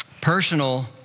Personal